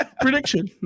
prediction